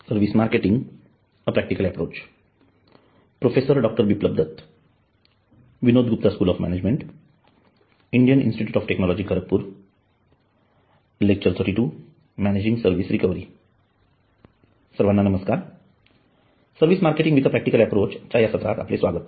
सर्वांना नमस्कार service marketing with a practical approach च्या या सत्रात आपले स्वागत